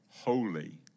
holy